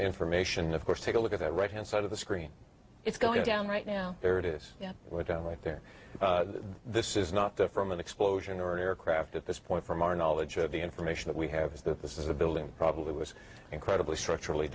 information of course take a look at the right hand side of the screen it's going down right now there it is right down right there this is not there from an explosion or an aircraft at this point from our knowledge of the information we have is that this is a building probably was incredibly structurally